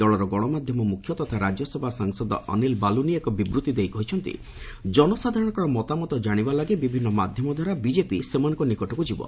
ଦଳର ଗଣମାଧ୍ୟମ ମୁଖ୍ୟ ତଥା ରାଜ୍ୟସଭା ସାଂସଦ ଅନୀଲ ବାଲୁନୀ ଏକ ବିବୃଭି ଦେଇ କହିଛନ୍ତି ଜନସାଧାରଣଙ୍କର ମତାମତ ଜାଣିବା ଲାଗି ବିଭିନ୍ନ ମାଧ୍ୟମ ଦ୍ୱାରା ବିଜେପି ସେମାନଙ୍କ ନିକଟକୁ ଯିବ